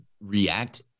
react